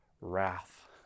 wrath